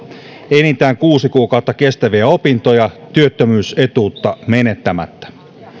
enintään kuusi kuukautta kestäviä opintoja työttömyysetuutta menettämättä